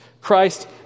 Christ